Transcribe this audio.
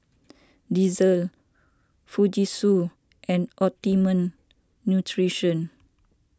Delsey Fujitsu and Optimum Nutrition